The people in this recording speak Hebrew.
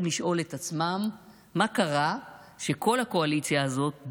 לשאול את עצמם מה קרה שכל הקואליציה הזאת,